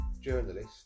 journalist